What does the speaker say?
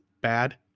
bad